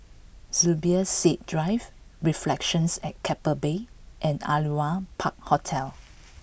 Zubir Said Drive Reflections at Keppel Bay and Aliwal Park Hotel